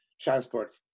transport